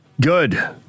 Good